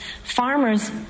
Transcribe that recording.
Farmers